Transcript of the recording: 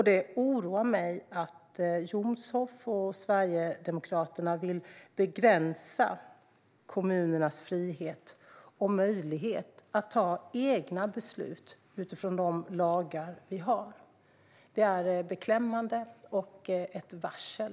Det oroar mig att Jomshof och Sverigedemokraterna vill begränsa kommunernas frihet och möjlighet att fatta egna beslut utifrån de lagar vi har. Det är beklämmande, och det är ett varsel.